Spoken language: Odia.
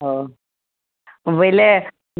ହଁ ବୋଇଲେ